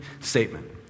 statement